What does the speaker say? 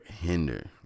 hinder